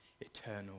eternal